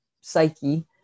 psyche